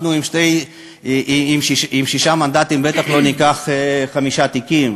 אנחנו עם שישה מנדטים, בטח לא ניקח חמישה תיקים.